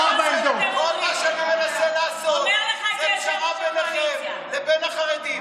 אם אתם לא נותנים לגורמי האכיפה,